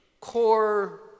core